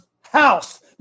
house